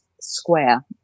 square